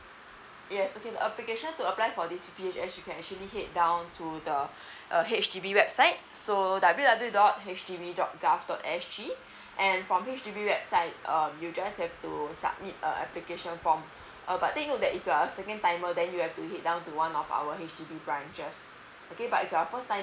yes okay the application to apply for this P_P_H_S you can actually head down to the uh H_D_B website so W W dot H D B dot G_O_V dot S_G and from H_D_B website um you just have to submit uh application form uh but thing that if you are a second time will that you have to head down to one of our H_D_B branches okay but if it's your first time